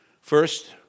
First